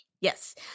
Yes